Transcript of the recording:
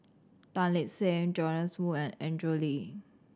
Tan Lip Seng Joash Moo and Andrew Lee